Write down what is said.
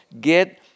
Get